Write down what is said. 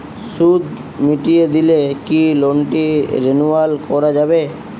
সুদ মিটিয়ে দিলে কি লোনটি রেনুয়াল করাযাবে?